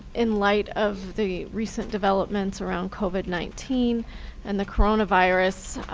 in light of the recent developments around covid nineteen and the coronavirus,